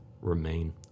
remain